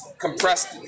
compressed